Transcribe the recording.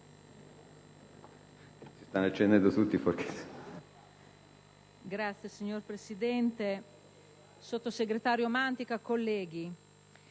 Signor Presidente, sottosegretario Mantica, colleghi,